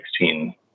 2016